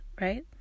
right